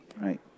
right